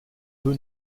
peu